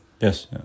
Yes